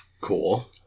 Cool